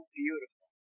beautiful